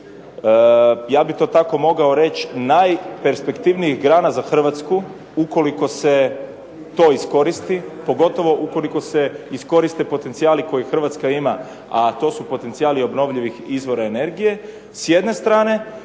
ja bih to tako mogao reći, najperspektivnijih grana za Hrvatsku ukoliko se to iskoristi, pogotovo ukoliko se iskoriste potencijale koje Hrvatska ima, a to su potencijali obnovljivih izvora energije, s jedne strane.